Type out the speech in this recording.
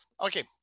Okay